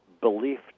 belief